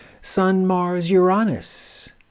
Sun-Mars-Uranus